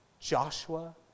Joshua